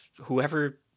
whoever